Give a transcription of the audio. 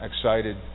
excited